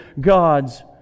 God's